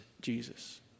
Jesus